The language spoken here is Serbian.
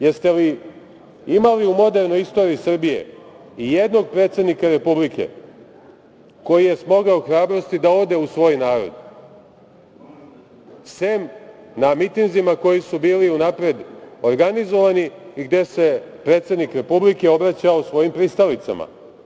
Jeste li imali u modernoj istoriji Srbije i jednog predsednika Republike koji je smogao hrabrosti da ode u svoj narod, sem na mitinzima koji su bili unapred organizovani i gde se predsednik Republike obraćao svojim pristalicama?